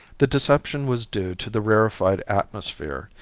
the deception was due to the rarefied atmosphere,